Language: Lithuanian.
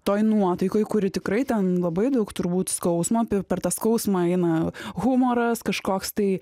toj nuotaikoj kuri tikrai ten labai daug turbūt skausmo per tą skausmą eina humoras kažkoks tai